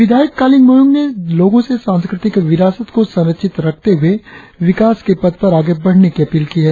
विधायक कालिंग मोयोंग ने लोगों से सांस्कृतिक विरासत को संरक्षित रखते हुए विकास के पथ पर आगे बढ़ने की अपील की है